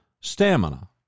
stamina